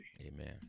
Amen